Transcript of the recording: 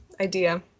idea